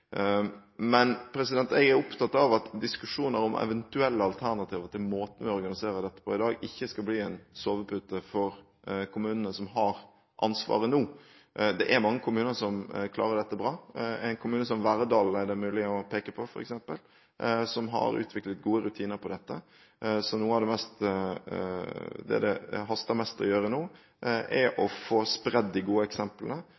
Men jeg er opptatt av at diskusjoner om eventuelle alternativer til måten vi organiserer dette på i dag, ikke skal bli en sovepute for kommunene som har ansvaret nå. Det er mange kommuner som klarer dette bra. En kommune som Verdal er det mulig å peke på, f.eks., som har utviklet gode rutiner på dette. Noe av det det haster mest å gjøre nå, er å få spredd de gode eksemplene.